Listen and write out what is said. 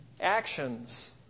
actions